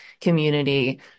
community